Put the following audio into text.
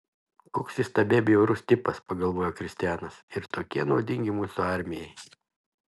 koks įstabiai bjaurus tipas pagalvojo kristianas ir tokie naudingi mūsų armijai